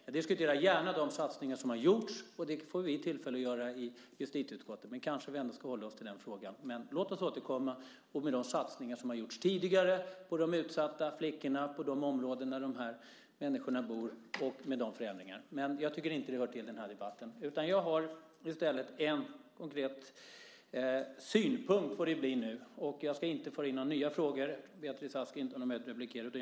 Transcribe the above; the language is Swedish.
Jag diskuterar gärna de satsningar som har gjorts, och det får vi tillfälle att göra i justitieutskottet, men här kanske vi ska hålla oss till interpellationen. Låt oss återkomma om de satsningar som har gjorts tidigare när det gäller de utsatta flickorna, de områden där dessa människor bor och de förändringar som har nämnts. Jag tycker dock inte att det hör till den här debatten. Jag vill i stället framföra en konkret synpunkt. Jag ska inte föra in några nya frågor eftersom Beatrice Ask inte har någon möjlighet att replikera.